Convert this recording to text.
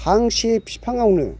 फांसे फिफाङावनो